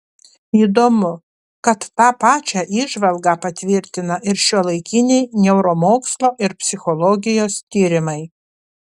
įdomu kad tą pačią įžvalgą patvirtina ir šiuolaikiniai neuromokslo ir psichologijos tyrimai